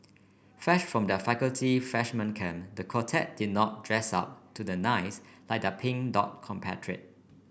fresh from their faculty freshman camp the quartet did not dress up to the nines like their Pink Dot compatriot